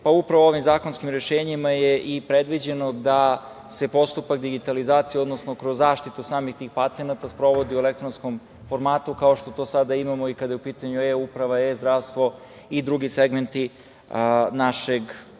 pa upravo ovim zakonskim rešenjima je i predviđeno da se postupak digitalizacije, odnosno kroz zaštitu samih tih patenata sprovodi u elektronskom formatu, kao što to sada imamo kada je u pitanju E-uprava, E-zdravstvo i drugi segmenti našeg